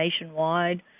nationwide